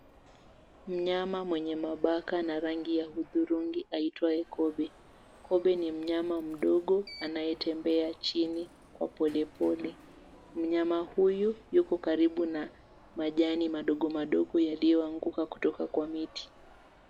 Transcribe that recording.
Mnyama mwenye mabaka na rangi ya udhurungi aitwaye Kobe. Kobe ni mnyama mdogo anayetembea chini kwa polepole, mnyama huyu yuko karibu na majani madogo madogo yaliyoanguka kutoka kwa miti.